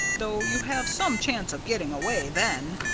though you have some chance of getting away then.